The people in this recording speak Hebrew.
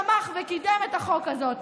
הוא תמך וקידם את החוק הזה.